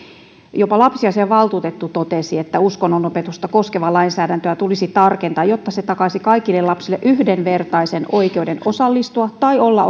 jopa lapsiasiavaltuutettu totesi että uskonnonopetusta koskevaa lainsäädäntöä tulisi tarkentaa jotta se takaisi kaikille lapsille yhdenvertaisen oikeuden osallistua tai olla